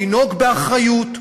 לנהוג באחריות,